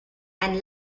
and